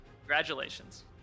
Congratulations